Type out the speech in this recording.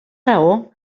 raó